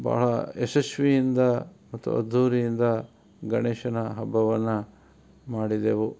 ಭಾಳ ಯಶಸ್ವಿಯಿಂದ ಮತ್ತು ಅದ್ದೂರಿಯಿಂದ ಗಣೇಶನ ಹಬ್ಬವನ್ನು ಮಾಡಿದೆವು